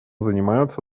занимаются